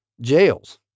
jails